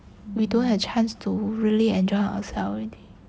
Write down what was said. we don't have chance to really enjoy ourselves already